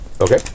Okay